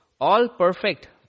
all-perfect